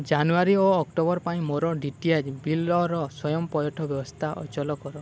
ଜାନୁଆରୀ ଓ ଅକ୍ଟୋବର ପାଇଁ ମୋର ଡି ଟି ଏ ବିଲ୍ର ସ୍ଵୟଂପଇଠ ବ୍ୟବସ୍ଥା ଅଚଳ କର